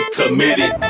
committed